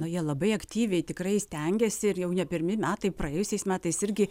na jie labai aktyviai tikrai stengėsi ir jau ne pirmi metai praėjusiais metais irgi